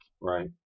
Right